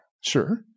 sure